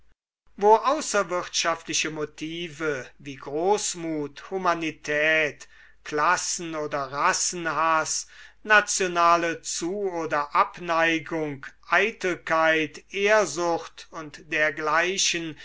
wo außerwirtschaftliche motive wie großmut humanität klassen oder rassenhaß nationale zu oder abneigung eitelkeit ehrsucht und dergleichen